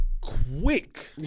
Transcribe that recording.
quick